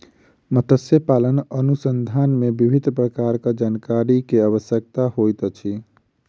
मत्स्य पालन अनुसंधान मे विभिन्न प्रकारक जानकारी के आवश्यकता होइत अछि